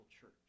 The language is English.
church